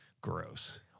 gross